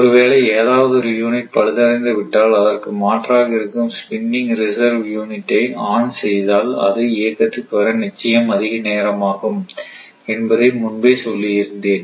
ஒருவேளை ஏதாவது ஒரு யூனிட் பழுதடைந்து விட்டால் அதற்கு மாற்றாக இருக்கும் ஸ்பின்னிங் ரிசர்வ் யூனிட்டை ஆன் செய்தால் அது இயக்கத்துக்கு வர நிச்சயம் அதிக நேரமாகும் என்பதை முன்பே சொல்லியிருந்தேன்